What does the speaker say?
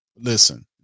Listen